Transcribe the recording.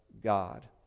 God